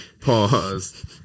Pause